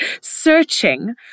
searching